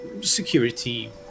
security